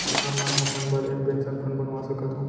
का मैं अपन बर एक पेंशन फण्ड बनवा सकत हो?